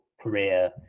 career